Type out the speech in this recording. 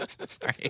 Sorry